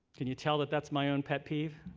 can you tell that that's my own pet peeve?